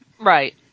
Right